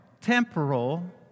temporal